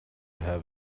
have